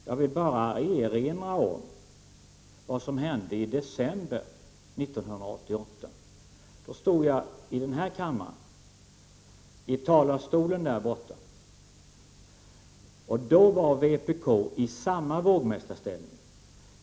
Jag vill bara erinra om vad som hände i december 1988. Då stod jag i denna kammare i talarstolen. Vpk var då i samma vågmästarställning.